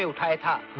so tighten